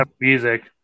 music